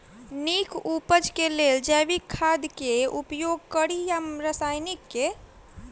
नीक उपज केँ लेल जैविक खाद केँ उपयोग कड़ी या रासायनिक केँ?